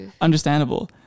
Understandable